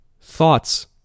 Thoughts